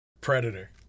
Predator